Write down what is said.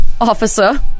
officer